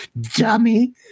dummy